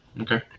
Okay